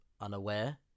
unaware